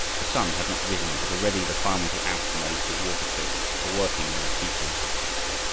the sun had not risen, but already the farmers were out in their little water-fields, or working in their tea plantations.